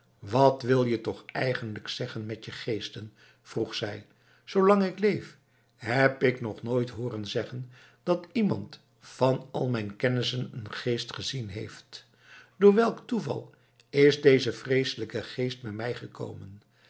wat wil je toch eigenlijk zeggen met je geesten vroeg zij zoolang ik leef heb ik nog nooit hooren zeggen dat iemand van al mijn kennissen een geest gezien heeft door welk toeval is deze vreeselijke geest bij mij gekomen